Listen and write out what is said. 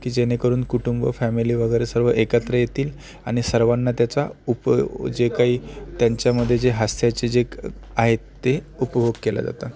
की जेणेकरून कुटुंब फॅमिली वगैरे सर्व एकत्र येतील आणि सर्वांना त्याचा उप जे काही त्यांच्यामध्ये जे हास्याचे जे एक आहे ते उपभोग केला जाता